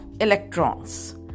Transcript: electrons